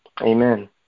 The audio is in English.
Amen